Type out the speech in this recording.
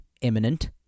imminent